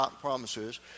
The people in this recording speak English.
promises